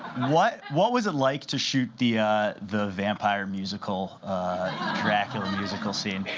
what what was it like to shoot the ah the vampire musical dracula musical scene?